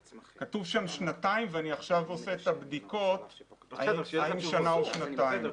כתוב שם שנתיים ואני עכשיו עושה את הבדיקות האם שנה או שנתיים.